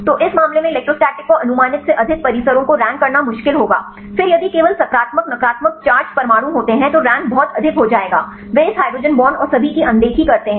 तो इस मामले में इलेक्ट्रोस्टैटिक को अनुमानित से अधिक परिसरों को रैंक करना मुश्किल होगा फिर यदि केवल सकारात्मक नकारात्मक चार्ज परमाणु होते हैं तो रैंक बहुत अधिक हो जाएगा वे इस हाइड्रोजन बांड और सभी की अनदेखी करते हैं